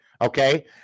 okay